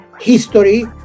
history